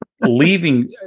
Leaving